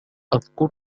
أذكر